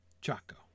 Chaco